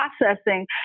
processing